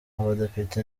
abadepite